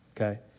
okay